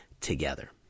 together